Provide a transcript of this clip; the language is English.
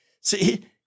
see